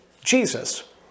Jesus